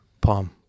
palm